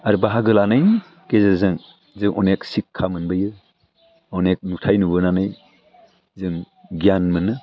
आरो बाहागो लानायनि गेजेरजों जों अनेक सिख्खा मोनबोयो अनेक नुथाय नुबोनानै जों गियान मोनो